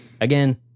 Again